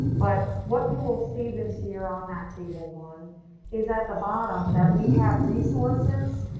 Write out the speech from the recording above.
but what you will see this year on that table one is at the bottom that we have resources.